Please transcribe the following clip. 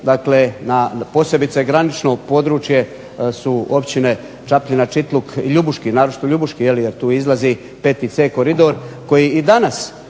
i Hrvati, posebice granično područje su općine Čapljina, Čitluk, Ljubuški, naročito Ljubuški jer tu izlazi 5c koridor koji i danas